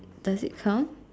does it count